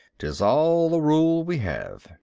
tis all the rule we have!